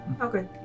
Okay